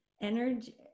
energy